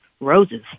Roses